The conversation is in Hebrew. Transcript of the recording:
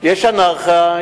יש אנרכיה,